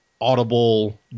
audible